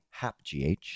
Hapgh